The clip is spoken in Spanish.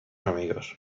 amigos